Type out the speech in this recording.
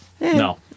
No